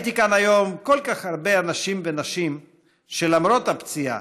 ראיתי כאן היום כל כך הרבה אנשים ונשים שלמרות הפציעה,